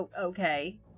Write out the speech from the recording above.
Okay